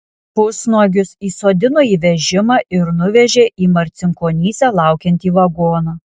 pusnuogius įsodino į vežimą ir nuvežė į marcinkonyse laukiantį vagoną